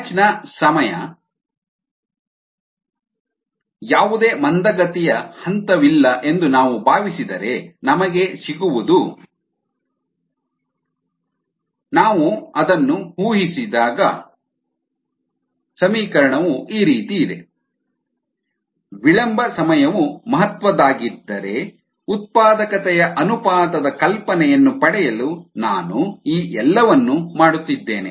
ಬ್ಯಾಚ್ನ ಸಮಯ t1ln xmx0t0 ಯಾವುದೇ ಮಂದಗತಿಯ ಹಂತವಿಲ್ಲ ಎಂದು ನಾವು ಭಾವಿಸಿದರೆ ನಮಗೆ ಸಿಗುವುದು t1ln xmx0 ನಾವು ಅದನ್ನು ಊಹಿಸಿದಾಗ KS≪S µ m ವಿಳಂಬ ಸಮಯವು ಮಹತ್ವದ್ದಾಗಿದ್ದರೆ ಉತ್ಪಾದಕತೆಯ ಅನುಪಾತದ ಕಲ್ಪನೆಯನ್ನು ಪಡೆಯಲು ನಾನು ಈ ಎಲ್ಲವನ್ನು ಮಾಡುತ್ತಿದ್ದೇನೆ